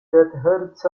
hurts